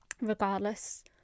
regardless